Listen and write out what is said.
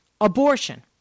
Abortion